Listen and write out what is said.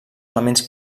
elements